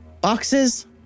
boxes